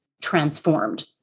transformed